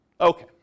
Okay